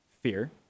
Fear